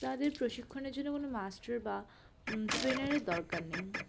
তাদের প্রশিক্ষণের জন্য কোনো মাস্টার বা ট্রেনারের দরকার নেই